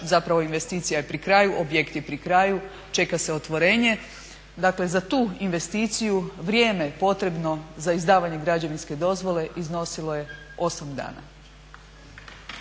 zapravo investicija je pri kraju, objekt je pri kraju, čeka se otvorenje. Dakle, za tu investiciju vrijeme potrebno za izdavanje građevinske dozvole iznosilo je 8 dana.